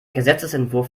gesetzesentwurf